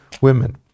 women